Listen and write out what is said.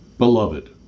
Beloved